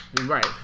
right